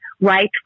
right